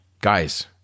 Guys